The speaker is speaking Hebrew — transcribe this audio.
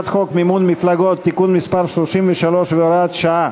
מימון מפלגות (תיקון מס' 33 והוראת שעה),